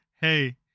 hey